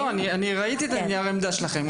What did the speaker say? לא, אני ראיתי את נייר העמדה שלכם.